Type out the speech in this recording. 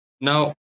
Now